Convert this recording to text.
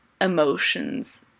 emotions